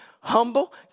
humble